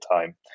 time